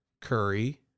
Curry